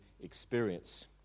experience